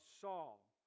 Saul